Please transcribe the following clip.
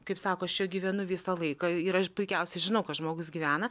kaip sako aš čia gyvenu visą laiką ir aš puikiausiai žinau kad žmogus gyvena